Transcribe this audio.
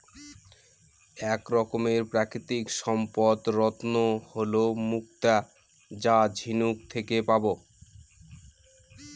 এক রকমের প্রাকৃতিক সম্পদ রত্ন হল মুক্তা যা ঝিনুক থেকে পাবো